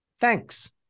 Thanks